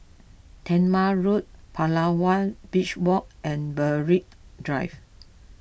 Talma Road Palawan Beach Walk and Berwick Drive